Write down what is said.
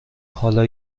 حالا